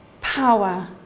power